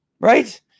Right